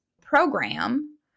program